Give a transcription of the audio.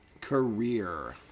career